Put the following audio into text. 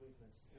weakness